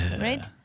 right